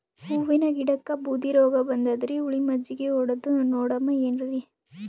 ಹೂವಿನ ಗಿಡಕ್ಕ ಬೂದಿ ರೋಗಬಂದದರಿ, ಹುಳಿ ಮಜ್ಜಗಿ ಹೊಡದು ನೋಡಮ ಏನ್ರೀ?